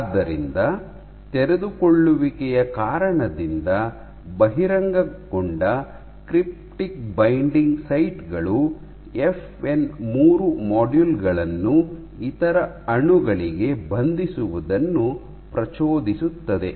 ಆದ್ದರಿಂದ ತೆರೆದುಕೊಳ್ಳುವಿಕೆಯ ಕಾರಣದಿಂದ ಬಹಿರಂಗಗೊಂಡ ಕ್ರಿಪ್ಟಿಕ್ ಬೈಂಡಿಂಗ್ ಸೈಟ್ ಗಳು ಎಫ್ಎನ್ 3 ಮಾಡ್ಯೂಲ್ ಗಳನ್ನು ಇತರ ಅಣುಗಳಿಗೆ ಬಂಧಿಸುವುದನ್ನು ಪ್ರಚೋದಿಸುತ್ತದೆ